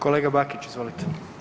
Kolega Bakić, izvolite.